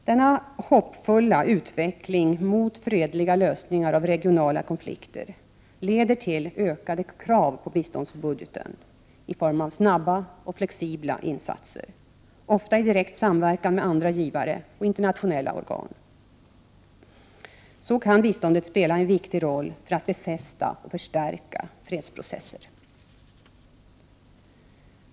Denna hoppfulla utveckling mot fredliga lösningar av regionala konflikter leder till ökade krav på biståndsbudgeten i form av snabba och flexibla insatser, ofta i direkt samverkan med andra givare och internationella organ. Så kan biståndet spela en viktig roll för att befästa och förstärka fredsprocesser.